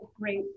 great